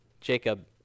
Jacob